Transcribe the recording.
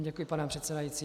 Děkuji, pane předsedající.